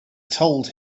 told